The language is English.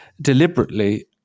deliberately